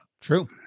True